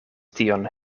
tion